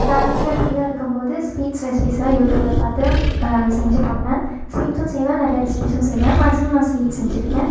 நான் வீட்டில் ஃப்ரீயாக இருக்கும்போது ஸ்வீட்ஸ் ரெசிபிஸ்லாம் யூடியூபில் பார்த்து செஞ்சுப் பார்ப்பேன் ஸ்வீட்ஸும் செய்வேன் நிறையா ரெஸ்பிஸும் செய்வேன் மேக்ஸிமம் நான் ஸ்வீட் செஞ்சுருக்கேன்